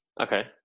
Okay